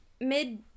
mid